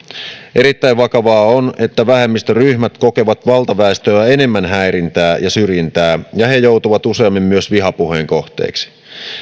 erittäin vakavaa on että vähemmistöryhmät kokevat valtaväestöä enemmän häirintää ja syrjintää ja he joutuvat useammin myös vihapuheen kohteeksi